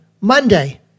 Monday